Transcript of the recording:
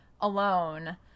alone